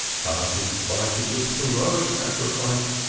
but in spite of this heroic sacrifice,